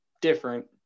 different